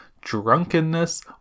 drunkenness